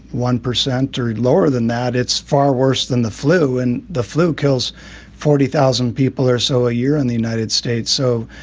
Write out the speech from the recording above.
one percent or lower than that, it's far worse than the flu. and the flu kills forty thousand people or so a year in the united states. so,